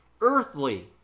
earthly